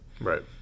Right